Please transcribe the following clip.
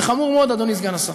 זה חמור מאוד, אדוני סגן השר.